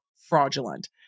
fraudulent